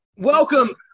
Welcome